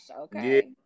Okay